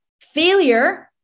Failure